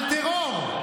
על טרור.